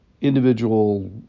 individual